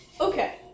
Okay